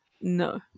No